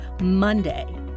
Monday